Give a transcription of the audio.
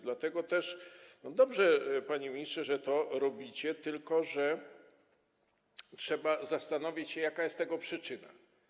Dlatego też dobrze, panie ministrze, że to robicie, tylko że trzeba zastanowić się, jaka jest przyczyna.